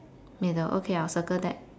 middle okay I'll circle that